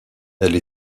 elle